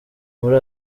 muri